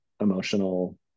emotional